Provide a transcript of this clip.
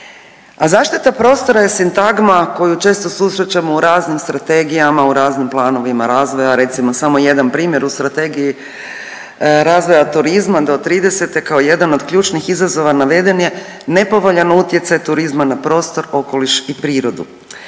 a zaštita prostora je sintagma koju često susrećemo u raznim strategijama, u raznim planovima razvoja, recimo samo jedan primjer. U Strategiji razvoja turizma do '30. kao jedan od ključnih izazova naveden je nepovoljan utjecaj turizma na prostor, okoliš i prirodu,